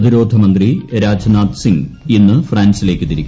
പ്രതിരോധമന്ത്രി രാജ് നാഥ് സിംഗ് ഇന്ന് ഫ്രാൻസിലേക്ക് തിരിക്കും